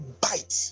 bite